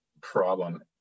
problem